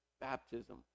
baptism